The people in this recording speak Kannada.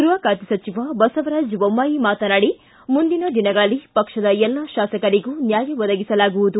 ಗೃಹ ಖಾತೆ ಸಚಿವ ಬಸವರಾಜ ಬೊಮ್ಮಾಯಿ ಮಾತನಾಡಿ ಮುಂದಿನ ದಿನಗಳಲ್ಲಿ ಪಕ್ಷದ ಎಲ್ಲ ಶಾಸಕರಿಗೂ ನ್ಯಾಯ ಒದಗಿಸಲಾಗುವುದು